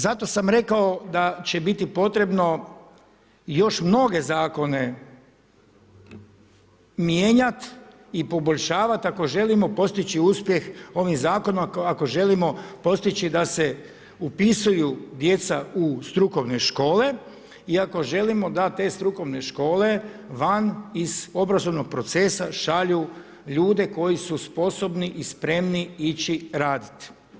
Zato sam rekao da će biti potrebno još mnoge zakone mijenjati i poboljšavati ako želimo postići uspjeh ovim zakonom, ako želimo postići da se upisuju djeca strukovne škole i ako želimo da te strukovne škole, van iz obrazovnog procesa šalju ljude koji su sposobni i spremni ići raditi.